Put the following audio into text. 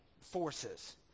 forces